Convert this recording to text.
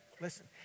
listen